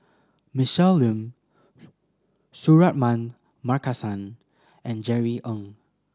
Michelle Lim Suratman Markasan and Jerry Ng